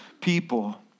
people